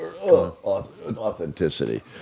Authenticity